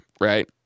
right